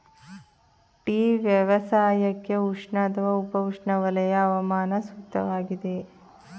tea ವ್ಯವಸಾಯಕ್ಕೆ ಉಷ್ಣ ಅಥವಾ ಉಪ ಉಷ್ಣವಲಯ ಹವಾಮಾನ ಸೂಕ್ತವಾಗಿದೆ